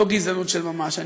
זו גזענות של ממש.